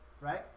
right